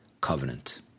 Covenant